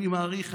אני מעריך,